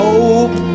Hope